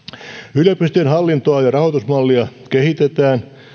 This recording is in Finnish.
yliopistojen hallintoa ja rahoitusmallia kehitetään